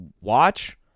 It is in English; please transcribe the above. watch